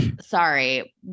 sorry